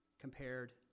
compared